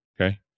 Okay